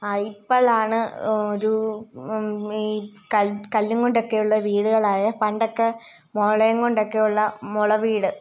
അ ഇപ്പോഴാണ് ഒരൂ ഈ കൽ കല്ലു കൊണ്ടൊക്കെയുള്ള വീടുകളായെ പണ്ടൊക്കെ മുള കൊണ്ടൊക്കെയുള്ള മുള വീട്